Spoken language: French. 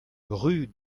rue